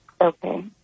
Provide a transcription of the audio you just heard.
Okay